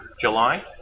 July